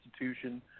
institution